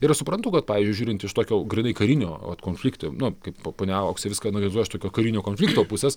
ir aš suprantu kad pavyzdžiui žiūrint iš tokio grynai karinio konflikto nu kaip po ponia auksė viską analizuoja ištokio karinio konflikto pusės